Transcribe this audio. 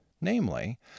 namely